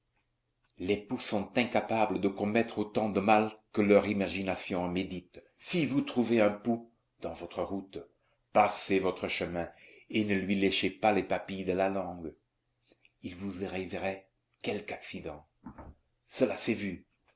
les poux sont incapables de commettre autant de mal que leur imagination en médite si vous trouvez un pou dans votre route passez votre chemin et ne lui léchez pas les papilles de la langue il vous arriverait quelque accident cela s'est vu